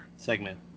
Segment